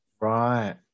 Right